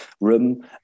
room